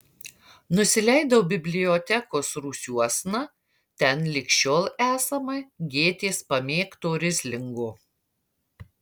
nusileidau bibliotekos rūsiuosna ten lig šiol esama gėtės pamėgto rislingo